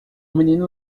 menino